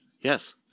Yes